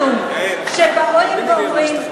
שבאים ואומרים,